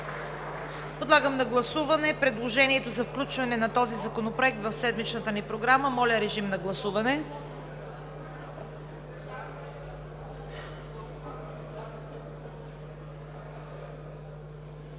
Подлагам на гласуване предложението за включване на този законопроект в седмичната ни Програма. Гласували